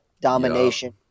domination